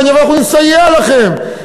ואנחנו נסייע לכם,